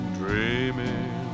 dreaming